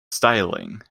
styling